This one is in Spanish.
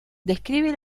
describe